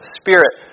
spirit